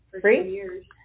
Free